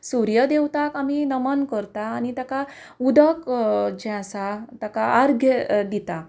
सुर्य देवताक आमी नमन करता आनी ताका उदक जें आसा ताका आर्गां दितां